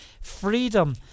freedom